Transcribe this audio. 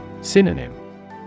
Synonym